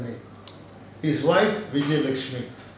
his wife we give actually